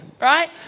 Right